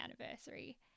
anniversary